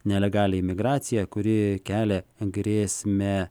nelegalią imigraciją kuri kelia grėsmę